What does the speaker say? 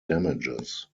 damages